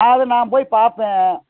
அதை நான் போய் பார்த்தேன்